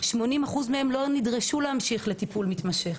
80 אחוז מהם לא נדרשו להמשיך לטיפול מתמשך,